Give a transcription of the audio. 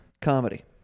comedy